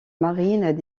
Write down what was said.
marines